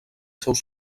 seus